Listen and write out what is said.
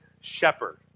shepherd